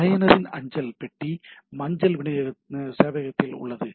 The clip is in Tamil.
பயனரின் அஞ்சல் பெட்டி அஞ்சல் சேவையகத்தில் உள்ளது